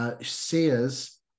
Sears